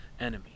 enemy